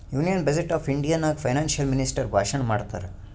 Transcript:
union budget of India ನಾಗ್ financial minister ಭಾಷಣ್ ಮಾಡ್ತಾರ್